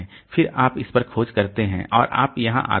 फिर आप इस पर खोज करते हैं और फिर आप यहां आते हैं